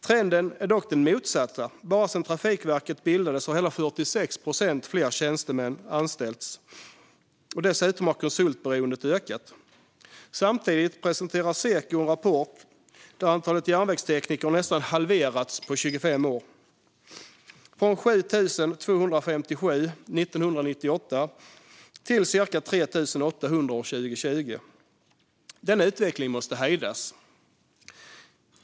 Trenden är dock den motsatta: Bara sedan Trafikverket bildades har hela 46 procent fler tjänstemän anställts, och dessutom har konsultberoendet ökat. Samtidigt presenterar Seko en rapport som visar att antalet järnvägstekniker nästan halverats på 25 år, från 7 257 år 1998 till cirka 3 800 år 2020. Denna utveckling måste hejdas.